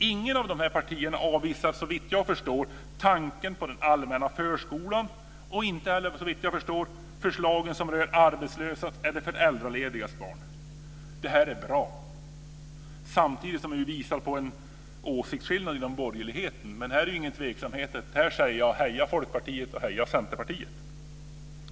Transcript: Inget av de här partierna avvisar, såvitt jag förstår, tanken på den allmänna förskolan och inte heller, såvitt jag förstår, de förslag som rör arbetslösas eller föräldraledigas barn. Detta är bra, samtidigt som det visar på en åsiktsskillnad inom borgerligheten. Här finns det inga tveksamheter så jag säger: Heja Folkpartiet och heja Centerpartiet!